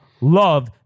love